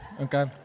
Okay